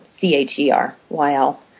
C-H-E-R-Y-L